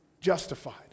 justified